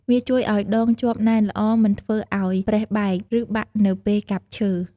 វាជួយឲ្យដងជាប់ណែនល្អ មិនធ្វើឲ្យប្រេះបែក ឬបាក់នៅពេលកាប់ឈើ ។